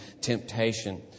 temptation